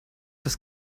das